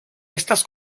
estas